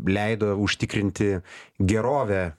leido užtikrinti gerovę